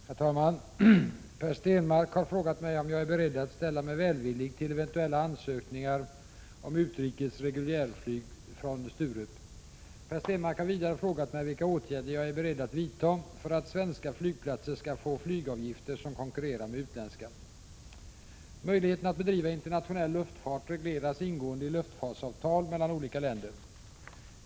Herr talman! Per Stenmarck har frågat mig om jag är beredd att ställa mig välvillig till eventuella ansökningar om utrikes reguljärflyg från Sturup. Per Stenmarck har vidare frågat mig vilka åtgärder jag är beredd att vidta för att svenska flygplatser skall få flygavgifter som kan konkurrera med utländska. Möjligheten att bedriva internationell luftfart regleras ingående i luftfarts Prot. 1986/87:44 avtal mellan olika länder.